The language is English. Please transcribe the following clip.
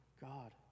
God